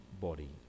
body